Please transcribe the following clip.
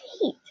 heat